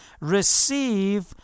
receive